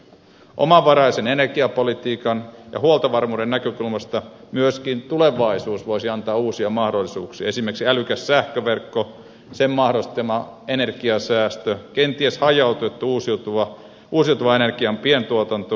omavaraisen energiapolitiikan ja huoltovarmuuden näkökulmasta myöskin tulevaisuus voisi antaa uusia mahdollisuuksia esimerkiksi älykäs sähköverkko sen mahdollistama energiansäästö kenties hajautettu uusiutuvan energian pientuotanto